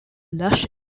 lush